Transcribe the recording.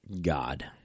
God